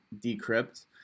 Decrypt